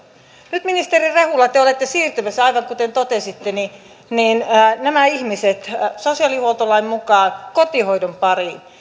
nyt ministeri rehula te te olette siirtämässä aivan kuten totesitte nämä ihmiset sosiaalihuoltolain mukaan kotihoidon pariin